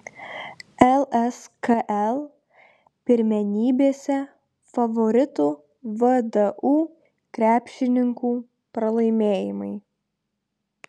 lskl pirmenybėse favoritų vdu krepšininkų pralaimėjimai